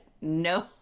no